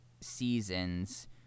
seasons